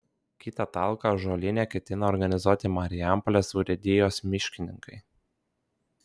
kitą talką ąžuolyne ketina organizuoti marijampolės urėdijos miškininkai